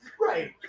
Right